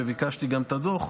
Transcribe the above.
כשביקשתי את הדוח,